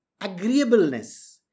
Agreeableness